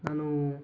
ನಾನು